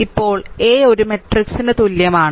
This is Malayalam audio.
ഇ പ്പോ ൾ a ഒ രു മാ ട്രിക്സി ന് തുല്യമാണ്